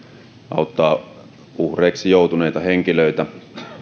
auttavat näitä uhreiksi joutuneita henkilöitä